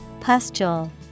Pustule